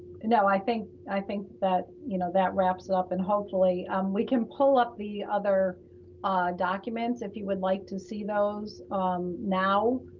no, i think i think that, you know, that wraps it up and hopefully um we can pull up the other documents if you would like to see those um now